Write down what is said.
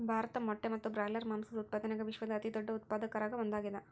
ಭಾರತ ಮೊಟ್ಟೆ ಮತ್ತು ಬ್ರಾಯ್ಲರ್ ಮಾಂಸದ ಉತ್ಪಾದನ್ಯಾಗ ವಿಶ್ವದ ಅತಿದೊಡ್ಡ ಉತ್ಪಾದಕರಾಗ ಒಂದಾಗ್ಯಾದ